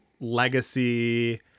legacy